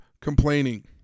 complaining